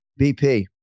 BP